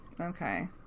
Okay